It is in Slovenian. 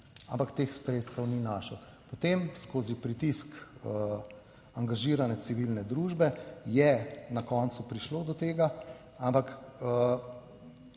ampak teh sredstev ni našel. Potem skozi pritisk angažirane civilne družbe je na koncu prišlo do tega, ampak